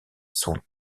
sont